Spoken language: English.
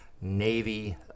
Navy